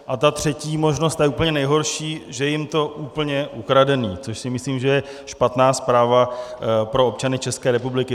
A ta třetí možnost je úplně nejhorší že je jim to úplně ukradené, což si myslím, že je špatná zpráva pro občany České republiky.